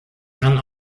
kann